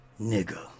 nigga